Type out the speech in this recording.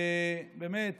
כשבאמת